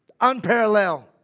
unparalleled